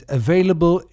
available